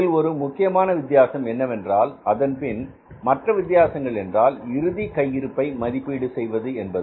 இதில் ஒரு முக்கியமான வித்தியாசம் என்னவென்றால் அதன்பின் மற்ற வித்தியாசங்கள் என்றால் இறுதி கையிருப்பை மதிப்பீடு செய்வது என்பது